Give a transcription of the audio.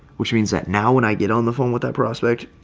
which means that now when i get on the phone with that prospect,